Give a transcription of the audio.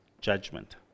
judgment